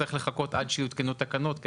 יצטרך לחכות עד שיותקנו תקנות,